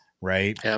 right